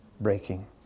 breaking